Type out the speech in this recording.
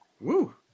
Woo